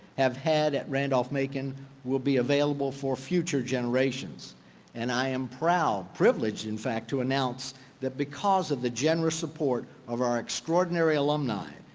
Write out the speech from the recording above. have had at randolph-macon will be available for future generations and i am proud, privileged in fact, to announce that because of the generous support of our extraordinary alumni,